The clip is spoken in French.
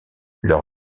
leur